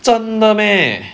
真的 meh